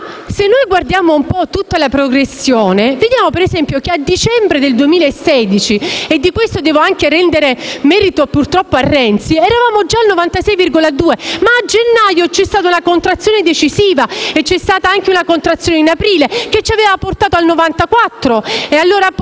Ma se guardiamo un po' tutta la progressione, vediamo che a dicembre 2016 - e di questo devo rendere merito, purtroppo, a Renzi - eravamo già a 96,2, e a gennaio c'è stata una contrazione decisiva e poi c'è stata una contrazione in aprile che ci aveva portato a 94.